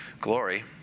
glory